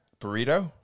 Burrito